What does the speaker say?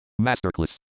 Masterclass